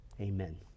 Amen